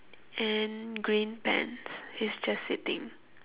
and green pants he's just sitting